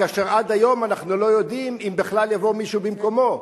כאשר עד היום אנחנו לא יודעים אם בכלל יבוא מישהו במקומו.